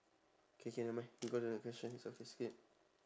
K K nevermind we go to next question this one can skip